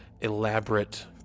elaborate